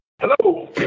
Hello